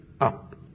up